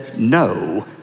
no